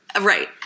Right